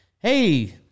hey